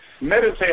meditate